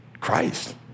Christ